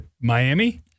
Miami